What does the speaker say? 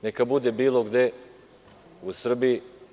Neka bude bilo gde u Srbiji.